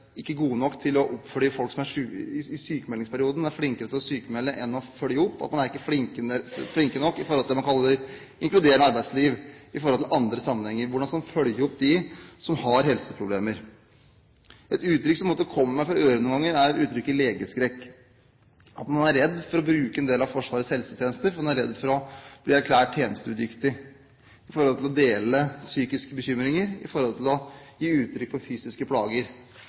ikke er god nok til å følge opp folk i sykmeldingsperioden. De er flinkere til å sykmelde enn til å følge opp, og de er ikke flinke nok med hensyn til det man kaller et inkluderende arbeidsliv i andre sammenhenger, hvordan man skal følge opp dem som har helseproblemer. Et uttrykk som har kommet meg for øre noen ganger, er uttrykket «legeskrekk». Man er redd for å bruke en del av Forsvarets helsetjenester, man er redd for å bli erklært tjenesteudyktig – for å dele psykiske bekymringer og å gi uttrykk for fysiske plager.